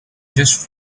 just